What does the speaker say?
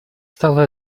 стало